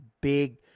big